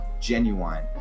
genuine